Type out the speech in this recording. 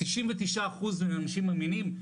99 אחוז הם אנשים אמינים,